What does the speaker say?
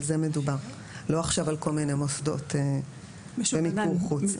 על זה מדובר, ולא על כל מיני מוסדות במיקור חוץ.